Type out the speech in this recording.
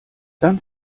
dann